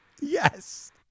Yes